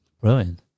Brilliant